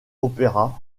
opéra